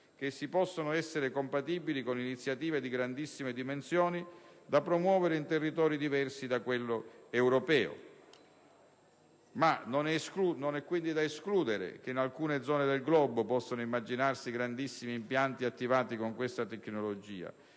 che possano essere compatibili con iniziative di grandissime dimensioni, da promuovere in territori diversi da quello europeo. Non è quindi da escludere che in zone del globo possano immaginarsi grandissimi impianti attivati con questa tecnologia,